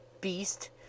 Beast